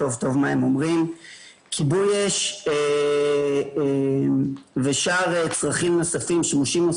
אני גם אישה ועוסקת בקידום נשים,